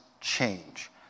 change